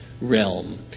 realm